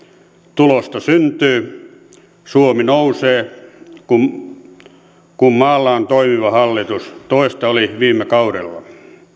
tulosta syntyy suomi nousee kun kun maalla on toimiva hallitus toista oli viime kaudella